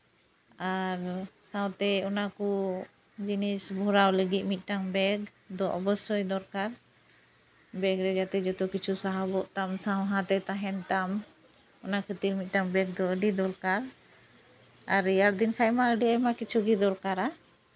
ᱟᱨ ᱥᱟᱶᱛᱮ ᱚᱱᱟ ᱠᱚ ᱡᱤᱱᱤᱥ ᱵᱷᱚᱨᱟᱣ ᱞᱟᱹᱜᱤᱫ ᱢᱤᱫᱴᱮᱱ ᱵᱮᱜᱽ ᱫᱚ ᱚᱵᱚᱥᱥᱳᱭ ᱫᱚᱨᱠᱟᱨ ᱵᱮᱜᱽ ᱨᱮ ᱡᱟᱛᱮ ᱡᱚᱛᱚ ᱠᱤᱪᱷᱩ ᱥᱟᱦᱚᱵᱚᱜ ᱛᱟᱢ ᱥᱟᱣᱦᱟ ᱛᱮ ᱛᱟᱦᱮᱱ ᱛᱟᱢ ᱚᱱᱟ ᱠᱷᱟᱹᱛᱤᱨ ᱢᱤᱫᱴᱮᱱ ᱵᱮᱜᱽ ᱫᱚ ᱟᱹᱰᱤ ᱫᱚᱨᱠᱟᱨ ᱟᱨ ᱨᱮᱭᱟᱲ ᱫᱤᱱ ᱠᱷᱟᱱ ᱢᱟ ᱟᱹᱰᱤ ᱟᱭᱢᱟ ᱠᱤᱪᱷᱩ ᱜᱮ ᱫᱚᱨᱠᱟᱨᱟ